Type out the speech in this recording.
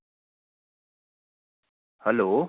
hello